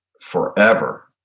forever